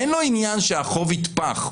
אין לו עניין שהחוב יתפח,